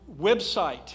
website